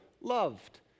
loved